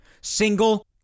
single